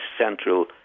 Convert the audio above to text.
central